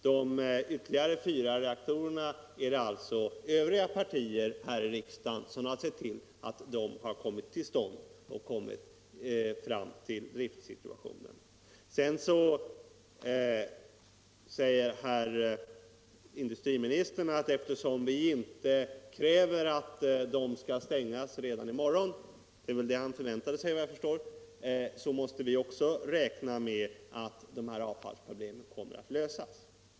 Det är alltså övriga partier i riksdagen som har sett till att de ytterligare fyra reaktorerna har kommit till stånd. Sedan säger industriministern att eftersom vi inte kräver att de skall stängas redan i morgon — det var efter vad jag förstår vad han väntade sig — måste också vi räkna med att avfallsproblemen kommer att lösas.